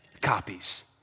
copies